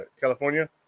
California